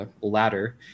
ladder